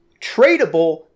tradable